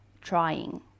Trying